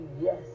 yes